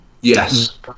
yes